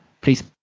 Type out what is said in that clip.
please